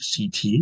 CT